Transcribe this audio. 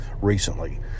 recently